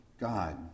God